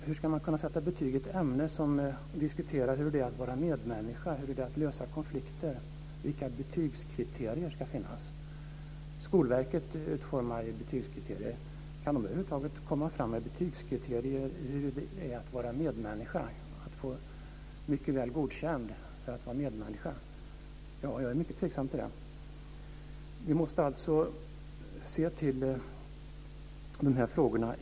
Hur ska man kunna sätta betyg i ett ämne som diskuterar hur det är att vara medmänniska, att lösa konflikter? Vilka betygskriterier ska finnas? Skolverket utformar betygskriterier. Kan de komma med betygskriterier i hur det är att vara medmänniska - att få betyget Mycket väl godkänd i att vara medmänniska? Jag är mycket tveksam till det. Vi måste se till dessa frågor.